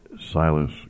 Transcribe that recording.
Silas